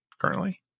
currently